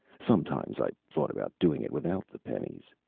sometimes i thought about doing it without the pennies.